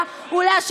לליאת